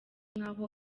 nk’aho